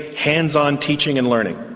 hands-on teaching and learning.